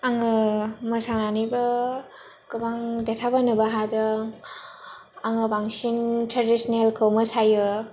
आङो मोसानानैबो गोबां देखायबोनोबो हादों आङो बांसिन ट्रेदिसेनेलखौ मोसायो